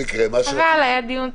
היה דיון טוב.